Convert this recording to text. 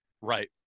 right